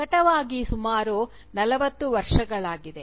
ಪ್ರಕಟವಾಗಿ ಸುಮಾರು ನಲವತ್ತು ವರ್ಷಗಳಾಗಿದೆ